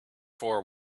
for